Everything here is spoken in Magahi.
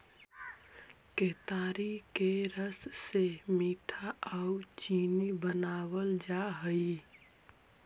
केतारी के रस से मीठा आउ चीनी बनाबल जा हई